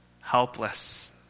helpless